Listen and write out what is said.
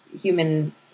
human